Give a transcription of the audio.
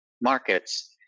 markets